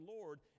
Lord